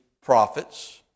prophets